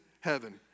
heaven